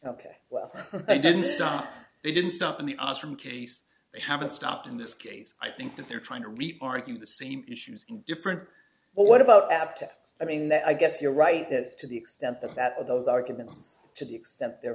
ok well i didn't stop they didn't stop in the us from case they haven't stopped in this case i think that they're trying to reap argue the same issues in different well what about after i mean i guess you're right that to the extent that that those arguments to the extent they're